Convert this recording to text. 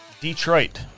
Detroit